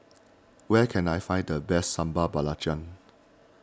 where can I find the best Sambal Belacan